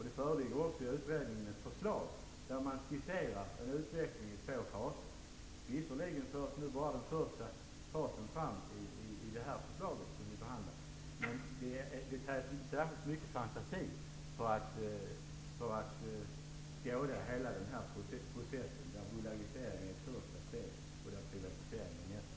Det föreligger i utredningen också ett förslag där man skisserat en utveckling i två faser. Visserligen förs i det förslag som vi nu behandlar bara den ena fasen fram, men det krävs inte mycket fantasi för att skåda hela den process där bolagisering är ett första steg och en privatisering är det nästa.